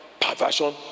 perversion